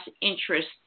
interest